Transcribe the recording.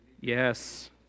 yes